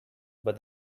but